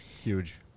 Huge